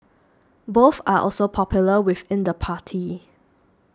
both are also popular within the party